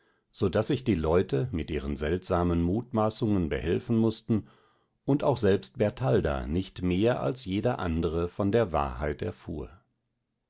so daß sich die leute mit ihren seltsamen mutmaßungen behelfen mußten und auch selbst bertalda nicht mehr als jeder andre von der wahrheit erfuhr